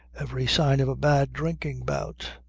every sign of a bad drinking bout,